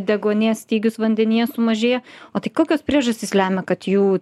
deguonies stygius vandenyje sumažėja o tai kokios priežastys lemia kad jų